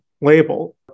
label